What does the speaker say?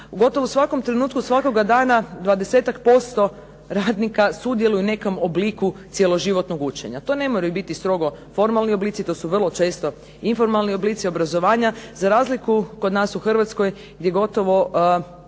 gotovo svakom trenutku svakoga dana 20-ak posto radnika sudjeluje u nekom obliku cjeloživotnog učenja. To ne moraju biti strogo formalni oblici. To su vrlo često informalni oblici obrazovanja, za razliku kod nas u Hrvatskoj gdje su